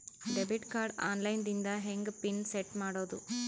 Debit card online ದಿಂದ ಹೆಂಗ್ pin set ಮಾಡೋದು?